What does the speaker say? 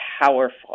powerful